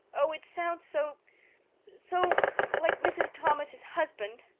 oh, it sounds so so like mrs. thomas's husband!